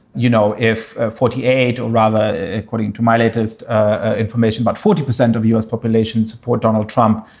you know, if forty eight or rather, according to my latest ah information, about forty percent of u s. population support donald trump.